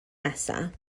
nesaf